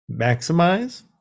Maximize